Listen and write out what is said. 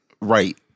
Right